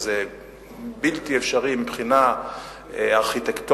זה בלתי אפשרי מבחינה ארכיטקטונית,